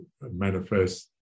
manifest